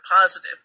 positive